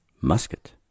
musket